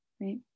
right